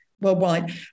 worldwide